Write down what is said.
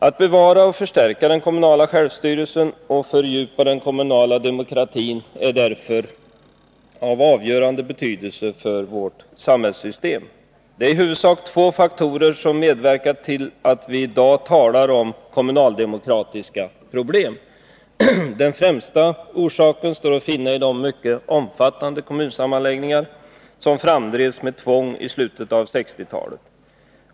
Att bevara och förstärka den kommunala självstyrelsen och fördjupa den kommunala demokratin är därför av avgörande betydelse för vårt samhällssystem. Det är i huvudsak två faktorer som medverkat till att vi i dag talar om kommunaldemokratiska problem. Den främsta orsaken står att finna i de mycket omfattande kommunsammanläggningar som framdrevs med tvång i slutet av 1960-talet.